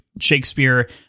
shakespeare